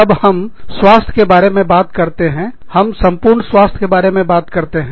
जब हम स्वास्थ्य के बारे में बात करते हैं हम संपूर्ण स्वास्थ्य के बारे में करते हैं